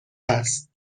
است